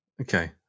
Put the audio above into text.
Okay